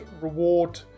reward